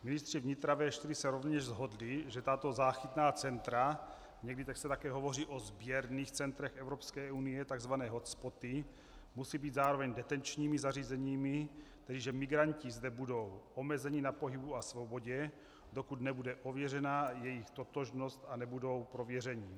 Ministři vnitra V4 se rovněž shodli, že tato záchytná centra, někdy se také hovoří o sběrných centrech Evropské unie, takzvané hotspoty, musí být zároveň detenčními zařízeními, tedy že migranti zde budou omezeni na pohybu a svobodě, dokud nebude ověřena jejich totožnost a nebudou prověřeni.